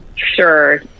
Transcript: Sure